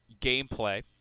gameplay